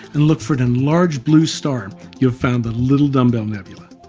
and look for an enlarged blue star you've found the little dumbbell nebula.